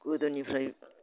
गोदोनिफ्राय